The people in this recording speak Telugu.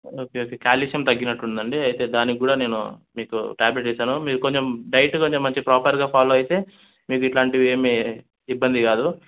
ఓకే ఓకే క్యాలిష్యం తగ్గినట్టు ఉందండి అయితే దానికి కూడా నేను మీకు ట్యాబ్లెట్ ఇస్తాను మీరు కొంచెం డైట్ మంచి ప్రాపర్గా ఫాలో అయితే మీకు ఇట్లాంటివి ఏమి ఇబ్బంది కాదు